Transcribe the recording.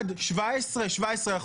אחד, 17, 17%,